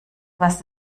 was